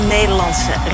Nederlandse